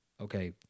okay